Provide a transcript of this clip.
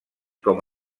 com